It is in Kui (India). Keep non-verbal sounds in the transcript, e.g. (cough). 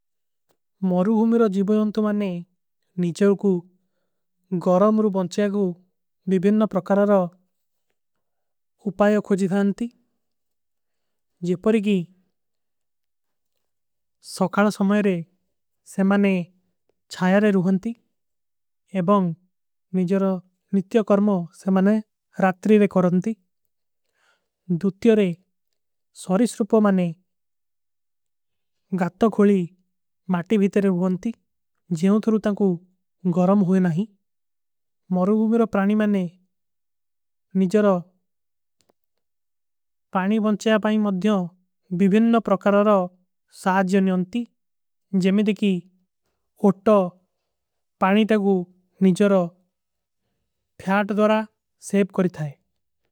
ମରୁହୁମିର ଜିଵଯଂତ ମାନେ ନିଜଵକୁ ଗରମରୁ ବଂଚଯାଗୁ ବିବେନ ପ୍ରକାରାର ଉପାଯୋ। ଖୋଜିଧାନତୀ ଜେପରିଗୀ ସକାଲ ସମଯରେ ସେମାନେ ଚାଯାରେ ରୁହନତୀ ଏବଂଗ ନିଜର। ନିତ୍ଯ କର୍ମ ସେମାନେ ରାତ୍ରୀରେ କରନତୀ ଦୁତ୍ଯରେ ସୌରିଷ୍ରୁପ (hesitation) ମାନେ। ଗାତ୍ତ ଖୋଲୀ ମାଟୀ ଭୀତରେ ଭୁଵନତୀ ଜେମଥରୁ ତକୁ ଗରମ ହୁଏ ନହୀଂ ମରୁହୁମିର। ପ୍ରାଣି ମାନେ ନିଜର ପାଣୀ ବଂଚଯାବାଈ ମଧ୍ଯୋଂ ବିବେନ ପ୍ରକାରାର ସାଜ ଜନ୍ଯୋଂତୀ। ଜମ୍ଯଦିକୀ ଉଟ୍ଟୋ ପାଣୀ ତକୁ ନିଜରୋ ଫ୍ଯାଟ ଦୋରା ସେବ କରିତା ହୈ।